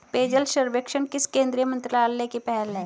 पेयजल सर्वेक्षण किस केंद्रीय मंत्रालय की पहल है?